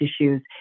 issues